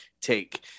take